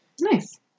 Nice